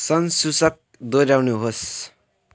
संसूचक दोहोऱ्याउनुहोस्